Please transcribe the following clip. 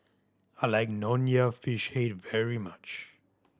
I like Nonya Fish Head very much